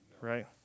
Right